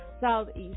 southeast